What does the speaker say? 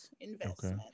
investment